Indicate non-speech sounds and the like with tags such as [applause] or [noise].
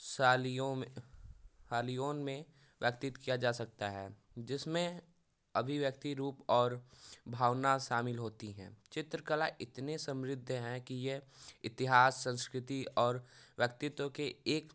[unintelligible] में व्यतीत किया जा सकता है जिसमें अभिव्यक्ति रूप और भावना शामिल होती है चित्रकला इतने समृद्ध हैं कि ये इतिहास संस्कृति और व्यक्तित्व के एक